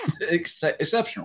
exceptional